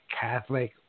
catholic